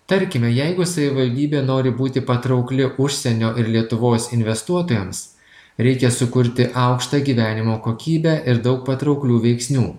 tarkime jeigu savivaldybė nori būti patraukli užsienio ir lietuvos investuotojams reikia sukurti aukštą gyvenimo kokybę ir daug patrauklių veiksnių